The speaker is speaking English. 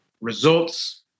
results